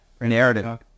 narrative